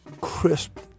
Crisp